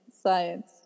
science